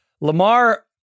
Lamar